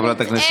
רגע,